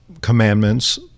commandments